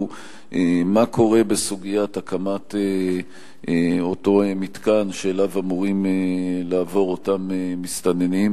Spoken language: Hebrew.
מה קורה בסוגיית הקמת אותו מתקן שאליו אמורים לעבור אותם מסתננים,